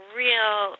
real